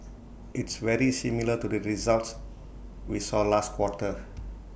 it's very similar to the results we saw last quarter